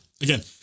Again